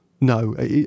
no